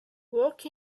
work